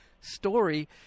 story